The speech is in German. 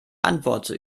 antworte